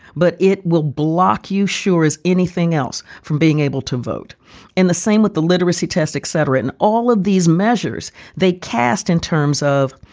but it will block you sure. as anything else from being able to vote in the same with the literacy tests, et cetera, and all of these measures they cast in terms of.